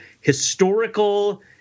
historical